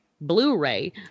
Blu-ray